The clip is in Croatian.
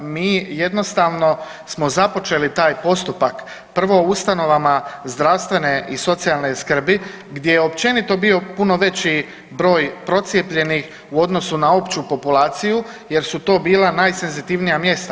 Mi jednostavno smo započeli taj postupak, prvo u ustanovama zdravstvene i socijalne skrbi gdje je općenito bio puno veći broj procijepljenih u odnosu na opću populaciju jer su to bila najsenzitivnija mjesta.